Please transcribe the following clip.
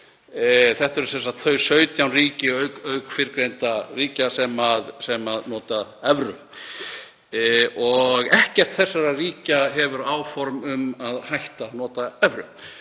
Þetta eru sem sagt þau 17 ríki, auk fyrrgreindra ríkja, sem nota evru og ekkert þessara ríkja hefur áform um að hætta að nota evru.